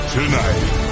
tonight